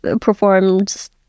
performed